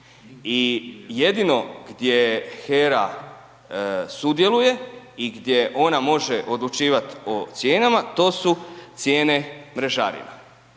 I jedno gdje HERA sudjeluje i gdje ona može odlučivat o cijenama to su cijene mrežarina.